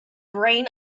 brain